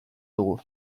dugu